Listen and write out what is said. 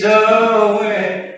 away